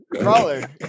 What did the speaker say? crawler